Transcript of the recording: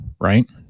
right